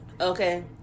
Okay